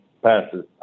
passes